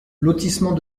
lotissement